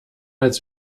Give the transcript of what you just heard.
als